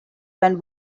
when